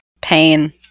Pain